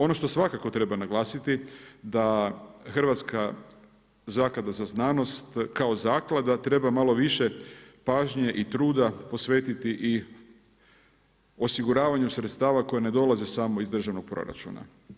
Ono što svakako treba naglasiti da Hrvatska zaklada za znanost kao zaklada treba malo više pažnje i truda posvetiti i osiguravanju sredstava koje ne dolaze samo iz državnog proračuna.